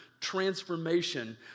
transformation